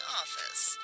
office